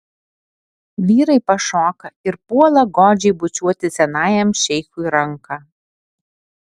vyrai pašoka ir puola godžiai bučiuoti senajam šeichui ranką